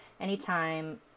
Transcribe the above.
Anytime